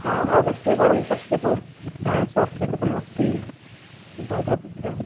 हा आगच्छतु एकवारं पश्यतु स्वास्थ्यं कथमस्ति भवतः पुत्रः